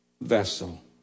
vessel